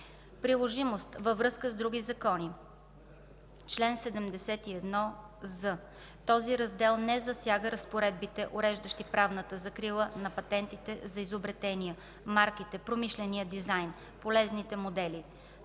Приложимост във връзка с други закони Чл. 71з. Този раздел не засяга разпоредбите, уреждащи правната закрила на патентите за изобретения, марките, промишления дизайн, полезните модели,